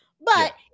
But-